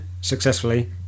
successfully